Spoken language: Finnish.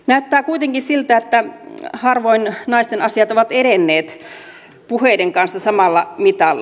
näyttää kuitenkin siltä että harvoin naisten asiat ovat edenneet puheiden kanssa samalla mitalla